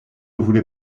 voulez